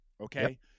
okay